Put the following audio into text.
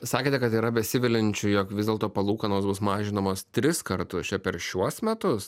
sakėte kad yra besiviliančių jog vis dėlto palūkanos bus mažinamos tris kartus čia per šiuos metus